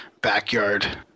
backyard